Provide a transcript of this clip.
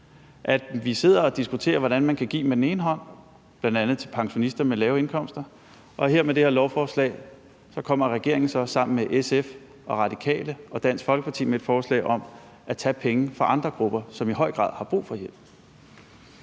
og diskuterer, hvordan man kan give med den ene hånd, bl.a. til pensionister med lave indkomster, og med det her lovforslag kommer regeringen så sammen med SF, Radikale og Dansk Folkeparti med et forslag, hvor man med den anden hånd vil tage penge fra andre grupper, som i høj grad har brug for hjælp?